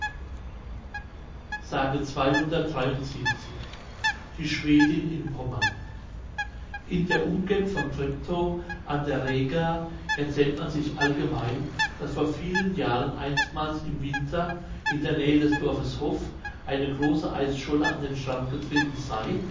s die schwedin in pommern in der umgend von treptow an der rega erzählt man sich allgemein daß vor vielen jahren einstmals im winter in der nähe des dorfes hoff eine große eisscholle an den strand getrieben sey